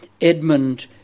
Edmund